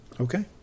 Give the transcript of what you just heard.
Okay